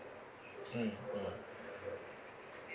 mm mm